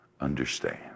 understand